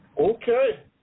Okay